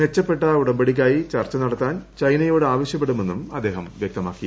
മെച്ചപ്പെട്ട ഉടമ്പടിക്കായി ചർച്ച നടത്താൻ ചൈനയോട് ആവശ്യപ്പെടുമെന്നും അദ്ദേഹം വ്യക്തമാക്കി